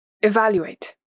Evaluate